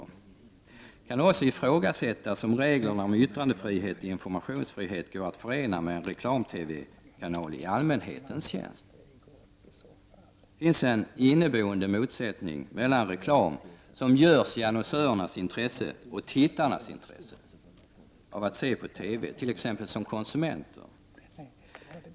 Det kan också i frågasättas om reglerna om yttrandefrihet och informationsfrihet går att förena med en reklam-TV-kanal i allmänhetens tjänst. Det finns en inneboende motsättning mellan reklam som görs i annonsörernas intresse och tittarnas intresse av att se på TV, t.ex. som konsumenter.